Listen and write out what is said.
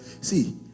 see